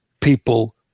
people